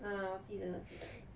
err 我记得记得